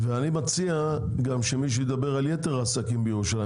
ואני גם מציע שמישהו ידבר על יתר העסקים בירושלים